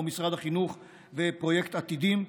כמו משרד החינוך ופרויקט עתידים,